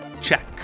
Check